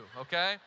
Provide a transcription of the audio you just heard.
Okay